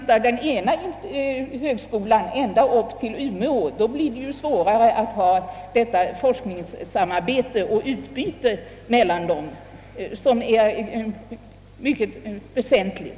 Om den ena av dem flyttas till Umeå, blir det däremot svårare att åstadkomma forskningssamarbete och utbyte mellan dessa högskolor.